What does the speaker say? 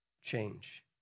change